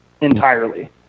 entirely